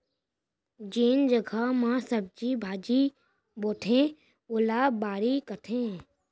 जेन जघा म सब्जी भाजी बोथें ओला बाड़ी कथें